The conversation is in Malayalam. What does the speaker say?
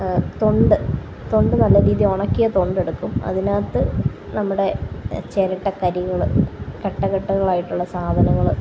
തൊണ്ട് തൊണ്ട് നല്ല രീതിയില് ഉണക്കിയ തൊണ്ട് എടുക്കും അതിനകത്ത് നമ്മുടെ ചിരട്ട കരികള് കട്ട കട്ടകളായിട്ടുള്ള സാധനങ്ങള്